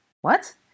What